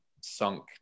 sunk